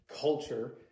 culture